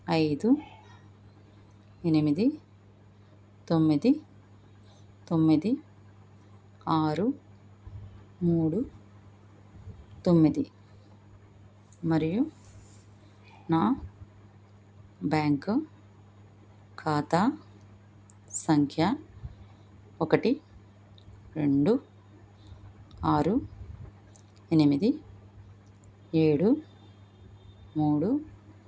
ఐదు ఎనిమిది తొమ్మిది తొమ్మిది ఆరు మూడు తొమ్మిది మరియు నా బ్యాంకు ఖాతా సంఖ్య ఒకటి రెండు ఆరు ఎనిమిది ఏడు మూడు